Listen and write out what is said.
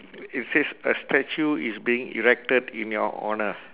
it says a statue is being erected in your honour